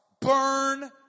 burn